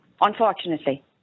Unfortunately